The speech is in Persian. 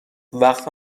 وقت